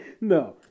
no